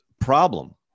problem